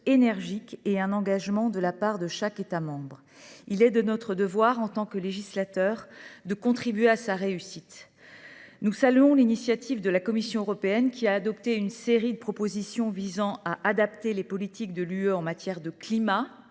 énergique et un engagement de la part de chaque État membre. Il est de notre devoir, en tant que législateurs, de contribuer à sa réussite. Nous saluons l’initiative de la Commission européenne, qui a adopté une série de propositions visant à adapter les politiques de l’Union européenne en matière de climat,